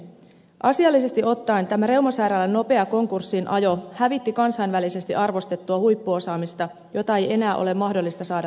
asiallisesti ottaen tämä reumasairaalan nopea konkurssiin ajo hävitti kansainvälisesti arvostettua huippuosaamista jota ei enää ole mahdollista saada takaisin